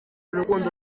urukundo